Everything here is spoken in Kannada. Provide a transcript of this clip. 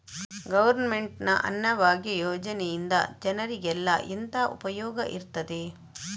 ಗವರ್ನಮೆಂಟ್ ನ ಅನ್ನಭಾಗ್ಯ ಯೋಜನೆಯಿಂದ ಜನರಿಗೆಲ್ಲ ಎಂತ ಉಪಯೋಗ ಇರ್ತದೆ?